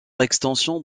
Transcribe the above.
extension